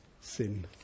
sin